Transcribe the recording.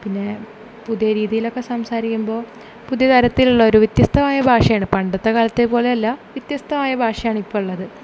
പിന്നെ പുതിയ രീതിയിലൊക്കെ സംസാരിക്കുമ്പോൾ പുതിയ കാര്യത്തിൽ ഒരു വ്യത്യസ്ഥമായ ഭാഷയാണ് പണ്ടത്തെ കാലത്തെപ്പോലെയല്ല വ്യത്യസ്തമായ ഭാഷയാണ് ഇപ്പോൾ ഉള്ളത്